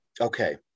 Okay